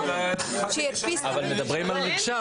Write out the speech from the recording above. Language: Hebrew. אבל מדברים על מרשם.